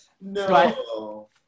no